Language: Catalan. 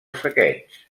saqueig